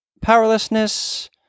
powerlessness